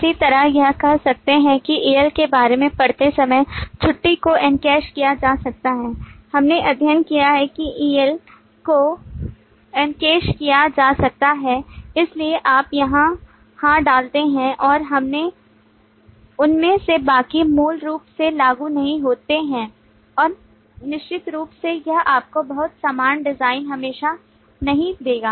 इसी तरह यह कह सकते हैं कि EL के बारे में पढ़ते समय छुट्टी को इनकैश किया जा सकता है हमने अध्ययन किया कि एल EL को इनकैश किया जा सकता है इसलिए आप यहाँ हाँ डालते हैं और उनमें से बाकी मूल रूप से लागू नहीं होते हैं और निश्चित रूप से यह आपको बहुत समान डिज़ाइन हमेशा नहीं देगा